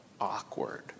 awkward